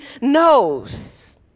knows